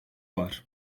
var